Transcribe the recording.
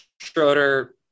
Schroeder